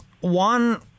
one